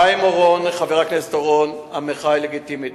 חבר הכנסת חיים אורון, המחאה היא לגיטימית.